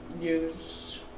use